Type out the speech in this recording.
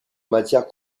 matières